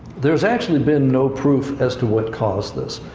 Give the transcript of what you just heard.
there's actually been no proof as to what caused this.